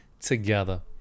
together